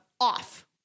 off